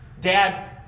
Dad